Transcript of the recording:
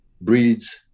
breeds